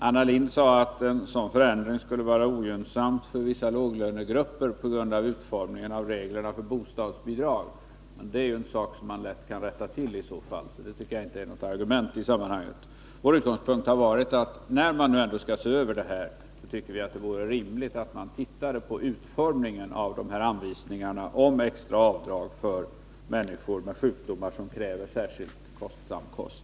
Anna Lindh sade att en sådan förändring skulle vara ogynnsam för vissa låglönegrupper, på grund av utformningen av reglerna för bostadsbidrag. De reglerna kan i så fall lätt rättas till, så det tycker jag inte är något argument. Vår utgångspunkt har varit att när man ändå skall se över detta, vore det rimligt att se på utformningen av anvisningarna om extra avdrag för människor med sjukdomar som kräver särskilt kostsam kost.